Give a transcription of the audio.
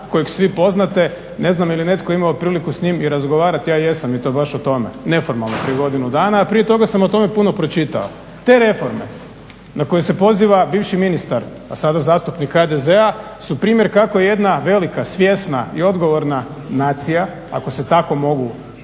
kojeg svi poznate, ne znam jeli netko imao priliku s njim i razgovarati, ja jesam i to baš o tome neformalno prije godinu dana, a prije toga sam o tome puno pročitao. Te reforme na koje se poziva bivši ministar, a sada zastupnik HDZ-a su primjer kako jedna velika, svjesna i odgovorna nacija, ako se tako mogu izraziti